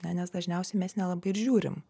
na nes dažniausiai mes nelabai ir žiūrim